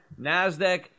NASDAQ